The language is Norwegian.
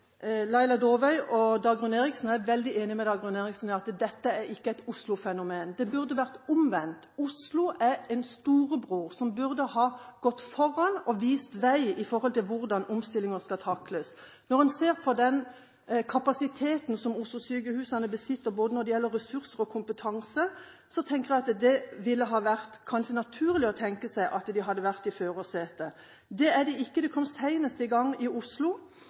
Laila Dåvøy og Dagrun Eriksen sa. Jeg er veldig enig med Dagrun Eriksen i at dette ikke er et Oslo-fenomen. Det burde ha vært omvendt. Oslo er en storebror som burde ha gått foran og vist vei med hensyn til hvordan omstillinger skal takles. Når en ser på den kapasiteten som Oslo-sykehusene besitter når det gjelder både ressurser og kompetanse, tenker jeg at det kanskje ville ha vært naturlig å tenke seg at de hadde vært i førersetet. Det er de ikke. De kom senest i gang i Oslo.